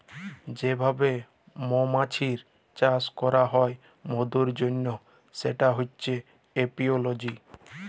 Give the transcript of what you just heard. যে ভাবে মমাছির চাষ ক্যরা হ্যয় মধুর জনহ সেটা হচ্যে এপিওলজি